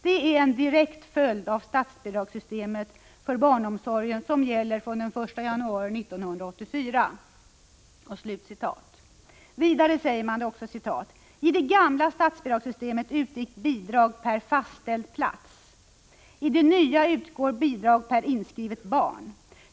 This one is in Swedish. Det är en 17 direkt följd av statsbidragssystemet för barnomsorgen som gäller från den 1 januari 1984.” Vidare säger man: ”I det gamla statsbidragssystemet utgick bidrag per fastställd plats. I det nya utgår bidrag per inskrivet barn.